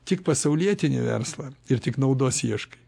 tik pasaulietinį verslą ir tik naudos ieškai